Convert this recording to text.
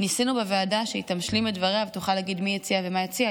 ניסינו בוועדה שהיא תשלים את דבריה ותוכל להגיד מי הציע ומה הציע,